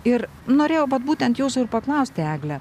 ir norėjau vat būtent jūsų ir paklausti egle